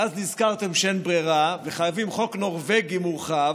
ואז נזכרתם שאין ברירה וחייבים חוק נורבגי מורחב,